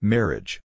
Marriage